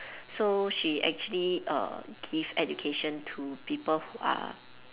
so she actually err give education to people who are